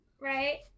right